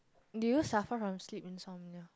do you suffer from sleep insomnia